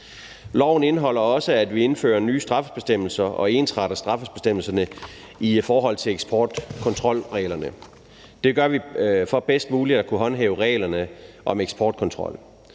indebærer også, at vi indfører nye straffebestemmelser og ensretter straffebestemmelserne i forhold til eksportkontrolreglerne. Det gør vi for bedst muligt at kunne håndhæve reglerne om eksportkontrol.